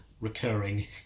recurring